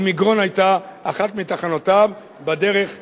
ומגרון היתה אחת מתחנותיו בדרך להר-הצופים.